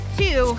two